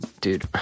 dude